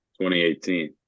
2018